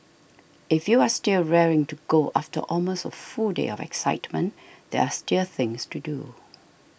if you are still raring to go after almost a full day of excitement there are still are things to do